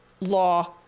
law